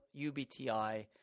UBTI